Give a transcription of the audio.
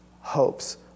hopes